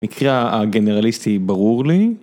מקרה הגנרליסטי ברור לי.